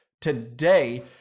today